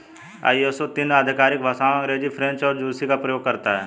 ISO तीन आधिकारिक भाषाओं अंग्रेजी, फ्रेंच और रूसी का प्रयोग करता है